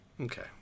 Okay